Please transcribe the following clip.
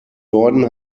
norden